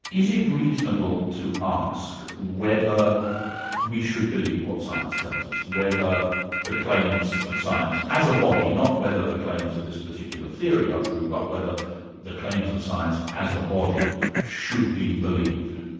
is it reasonable to ask whether we should believe what science tells us whether the claims of science as a body, not whether the claims of this particular theory are true, but whether the claims of science as a body should be believed?